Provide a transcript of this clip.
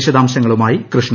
വിശദാംശങ്ങളുമായി കൃഷ്ണ